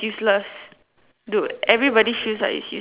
dude everybody feels like it's useless even me